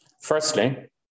Firstly